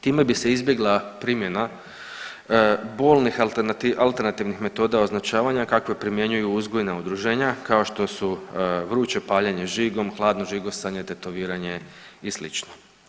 Time bi se izbjegla primjena bolnih alternativnih metoda označavanja kakve primjenjuju uzgojna udruženja kao što su vruće paljenje žigom, hladno žigosanje, tetoviranje i slično.